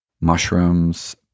mushrooms